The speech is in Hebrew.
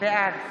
בעד